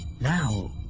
Now